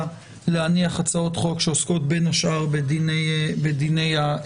להניח הצעות חוק שעוסקות בין השאר בדיני הבחירות.